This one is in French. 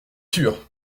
sûr